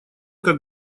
как